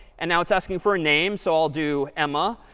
and now it's asking for a name, so i'll do emma.